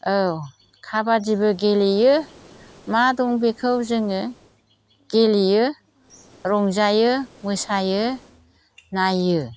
औ खाबादिबो गेलेयो मा दं बेखौ जोङो गेलेयो रंजायो मोसायो नायो